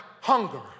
hunger